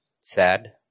sad